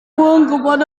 uang